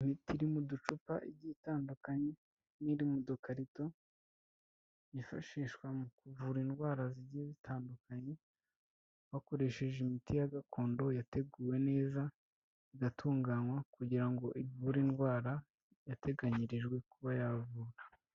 Imiti iri mu uducupa igiye itandukanye n'iri mudukakarito, yifashishwa mu kuvura indwara zigiye zitandukanye wakoresheje imiti ya gakondo yateguwe neza igatunganywa kugira ngo ivure indwara yateganyirijwe kuba yavura.